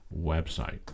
website